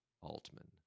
Altman